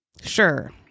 sure